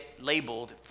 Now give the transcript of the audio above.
labeled